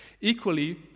Equally